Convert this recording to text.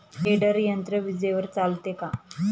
Tedder यंत्र विजेवर चालते का?